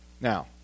Now